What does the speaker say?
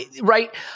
right